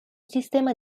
sistema